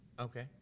Okay